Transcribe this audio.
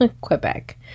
Quebec